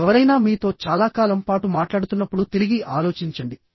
ఎవరైనా మీతో చాలా కాలం పాటు మాట్లాడుతున్నప్పుడు తిరిగి ఆలోచించండి